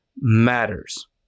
matters